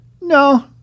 No